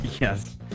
Yes